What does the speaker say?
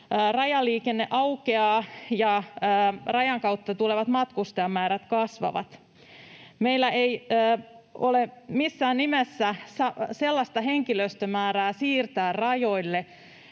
rajaliikenne aukeaa ja rajan kautta tulevat matkustajamäärät kasvavat. Meillä ei ole missään nimessä sellaista määrää terveydenhuoltohenkilöstöä siirtää rajoille,